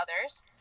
others